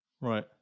Right